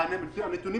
הנתונים